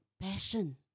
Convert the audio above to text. passion